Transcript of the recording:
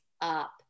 up